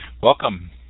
Welcome